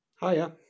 Hiya